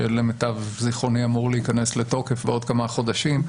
שלמיטב זכרוני אמור להיכנס לתוקף בעוד כמה חודשים,